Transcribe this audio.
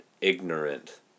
ignorant